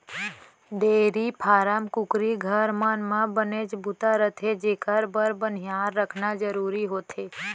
dairy farm, कुकरी घर, मन म बनेच बूता रथे जेकर बर बनिहार रखना जरूरी होथे